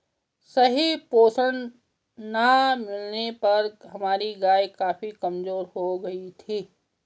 सही पोषण ना मिलने पर हमारी गाय काफी कमजोर हो गयी थी